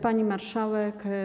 Pani Marszałek!